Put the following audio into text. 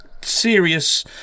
serious